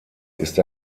ist